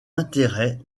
intérêts